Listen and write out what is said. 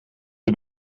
een